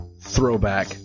throwback